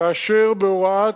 כאשר בהוראת